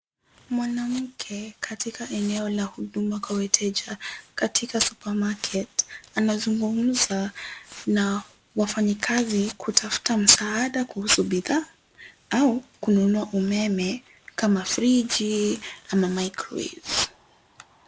Mwanamke katika eneo la huduma kwa wateja katika supermarket anazungumza na wafanyikazi kutafuta msaada kuhusu bidhaa au kununua umeme kama friji ama microwave .